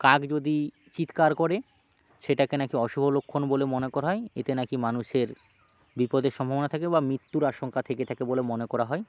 কাক যদি চিৎকার করে সেটাকে না কি অশুভ লক্ষণ বলে মনে করা হয় এতে না কি মানুষের বিপদের সম্ভাবনা থাকে বা মিত্যুর আশঙ্কা থেকে থাকে বলে মনে করা হয়